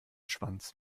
schwanz